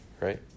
right